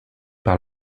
par